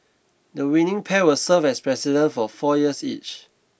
the winning pair will serve as President for four years each